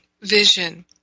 vision